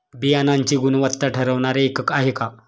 बियाणांची गुणवत्ता ठरवणारे एकक आहे का?